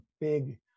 big